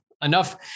Enough